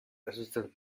assistant